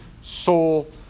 soul